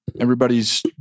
everybody's